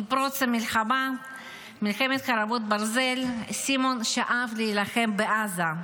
עם פרוץ מלחמת חרבות ברזל סימון שאף להילחם בעזה.